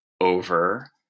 over